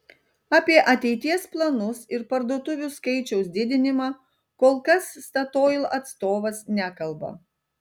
apie ateities planus ir parduotuvių skaičiaus didinimą kol kas statoil atstovas nekalba